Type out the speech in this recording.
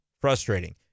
frustrating